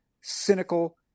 cynical